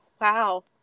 Wow